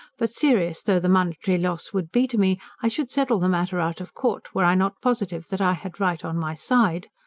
but serious though the monetary loss would be to me, i should settle the matter out of court, were i not positive that i had right on my side.